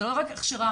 זו לא רק הכשרה